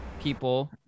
people